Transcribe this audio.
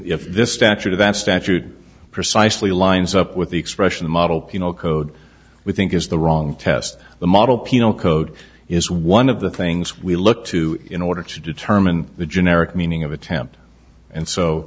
statute precisely lines up with the expression the model penal code we think is the wrong test the model penal code is one of the things we look to in order to determine the generic meaning of attempt and so